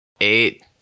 Eight